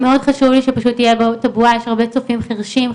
מאוד חשוב לי שזה יהיה נגיש, יש הרבה צופים חרשים.